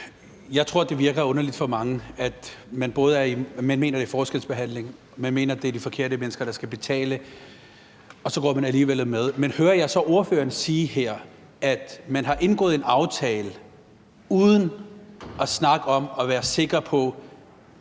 Jeg tror, det virker underligt for mange, at man mener, det er forskelsbehandling, og at man mener, det er de forkerte mennesker, der skal betale, og så går man alligevel med. Men hører jeg så ordføreren sige her, at man nu har indgået en aftale uden at have snakket om og uden at være sikker på,